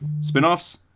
spinoffs